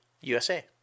USA